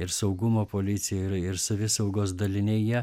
ir saugumo policija ir ir savisaugos daliniai jie